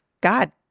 god